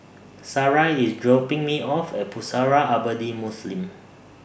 Sarai IS dropping Me off At Pusara Abadi Muslim